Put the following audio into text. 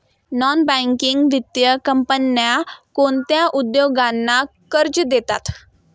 Non banking वित्तीय कंपन्या कोणत्या उद्योगांना कर्ज देतात?